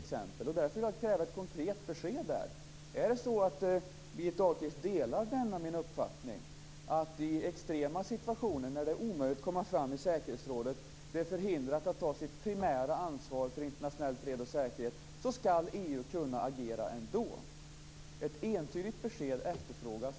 Det är därför jag kräver ett konkret besked där. Delar Birgitta Ahlqvist denna min uppfattning, att i extrema situationer, när det är omöjligt att komma fram via säkerhetsrådet och det är förhindrat att ta sitt primära ansvar för internationell fred och säkerhet, ska EU kunna agera ändå? Ett entydigt besked efterfrågas.